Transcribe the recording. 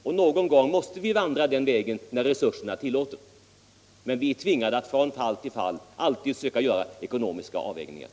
och någon gång måste vi vandra den vägen när resurserna tillåter det. Men vi är alltid tvingade att göra ekonomiska avvägningar från fall till fall. utbildning och forskning än